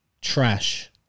trash